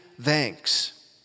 thanks